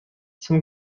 zum